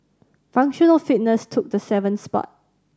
functional fitness took the seventh spot